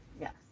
Yes